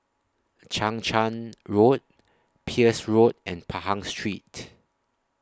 Chang Charn Road Peirce Road and Pahang Street